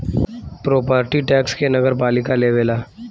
property tax के नगरपालिका लेवेला